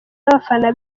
n’abafana